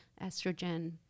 estrogen